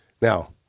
Now